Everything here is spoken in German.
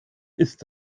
ist